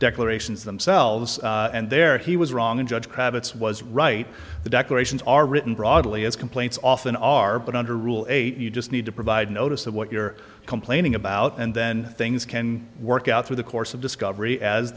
declarations themselves and there he was wrong in judge cravats was right the decorations are written broadly as complaints often are but under rule eight you just need to provide notice of what you're complaining about and then things can work out through the course of discovery as